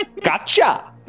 Gotcha